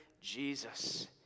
Jesus